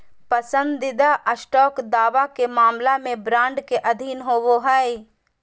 पसंदीदा स्टॉक दावा के मामला में बॉन्ड के अधीन होबो हइ